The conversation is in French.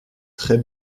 très